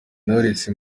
knowless